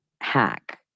hack